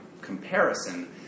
comparison